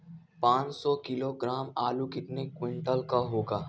पाँच सौ किलोग्राम आलू कितने क्विंटल होगा?